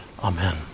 Amen